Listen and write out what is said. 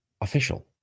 official